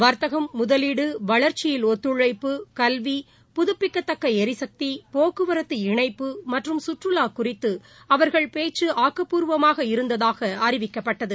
வர்த்தம் முதலீடு வளர்ச்சியில் ஒத்துழைப்பு கல்வி புதுபிக்கத்தக்களிசக்தி போக்குவரத்து இணைப்பு மற்றும் சுற்றுலர் குறித்துஅவர்கள் பேச்சுஆக்கபூர்வமாக இருந்ததாகஅறிவிக்கப்பட்டது